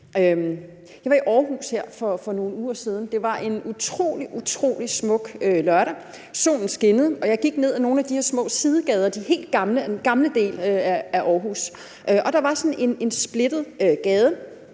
Jeg var i Aarhus her for nogle uger siden. Det var en utrolig smuk lørdag. Solen skinnede, og jeg gik ned ad nogle af de her små sidegader i den gamle del af Aarhus. Der var sådan en splittet gade,